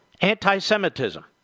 anti-Semitism